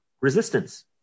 resistance